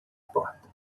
porta